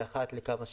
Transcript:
הוא אחת לכמה שנים.